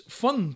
fun